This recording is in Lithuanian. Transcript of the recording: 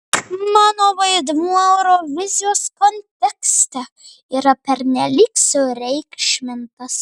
mano vaidmuo eurovizijos kontekste yra pernelyg sureikšmintas